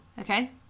Okay